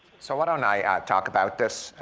so, why don't i ah talk about this?